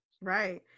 right